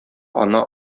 ана